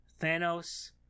Thanos